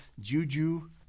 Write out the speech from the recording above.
Juju